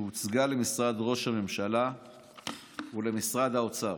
והיא הוצגה למשרד ראש הממשלה ולמשרד האוצר.